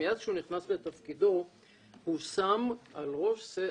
הוא בדרך כלל --- מיד כשהוא נכנס לתפקידו הוא שם על ראש,